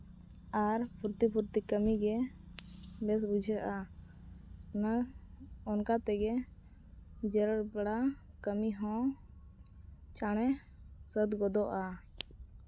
ᱟᱨ ᱯᱷᱩᱨᱛᱤ ᱯᱷᱩᱨᱛᱤ ᱠᱟᱹᱢᱤᱜᱮ ᱵᱮᱥ ᱵᱩᱡᱷᱟᱹᱜᱼᱟ ᱚᱱᱟ ᱚᱱᱠᱟ ᱛᱮᱜᱮ ᱡᱮᱨᱮᱲ ᱵᱟᱲᱟ ᱠᱟᱹᱢᱤ ᱦᱚᱸ ᱪᱟᱲᱮ ᱥᱟᱹᱛ ᱜᱚᱫᱚᱜᱼᱟ